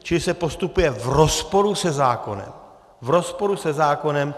Čili se postupuje v rozporu se zákonem, v rozporu se zákonem!